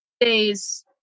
Days